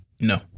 No